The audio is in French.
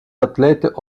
athlètes